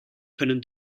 können